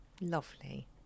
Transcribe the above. Lovely